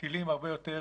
טילים הרבה יותר